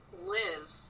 live